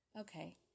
Okay